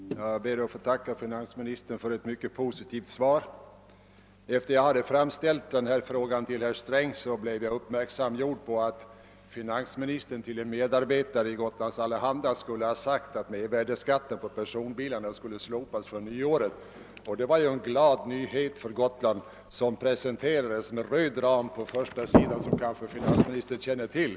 Herr talman! Jag ber att få tacka finansministern för ett mycket positivt svar. Efter det att jag hade framställt min fråga till herr Sträng blev jag uppmärksamgjord på att finansministern till en medarbetare på Gotlands Allehanda skulle ha sagt att momsen på bilar som fraktas med Gotlandsbolagets färjor skulle slopas från nyår. Det var ju en glad nyhet för Gotland. Den presenterades inom en röd ram på tidningens första sida, vilket finansministern kanske känner till.